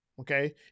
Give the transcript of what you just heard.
okay